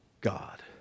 God